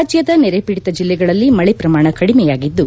ರಾಜ್ಞದ ನೆರೆಪೀಡಿತ ಜಿಲ್ಲೆಗಳಲ್ಲಿ ಮಳೆ ಪ್ರಮಾಣ ಕಡಿಮೆಯಾಗಿದ್ದು